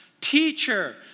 teacher